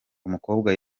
umukobwa